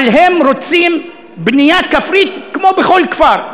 אבל הם רוצים בנייה כפרית, כמו בכל כפר.